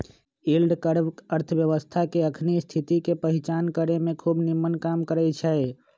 yield curve अर्थव्यवस्था के अखनी स्थिति के पहीचान करेमें खूब निम्मन काम करै छै